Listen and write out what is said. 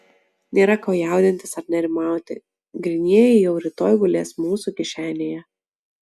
nėra ko jaudintis ar nerimauti grynieji jau rytoj gulės mūsų kišenėje